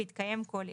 בהתקיים כל אלה: